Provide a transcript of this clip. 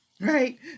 right